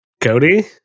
Cody